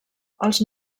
els